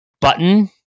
button